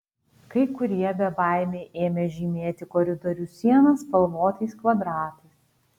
kai kurie bebaimiai ėmė žymėti koridorių sienas spalvotais kvadratais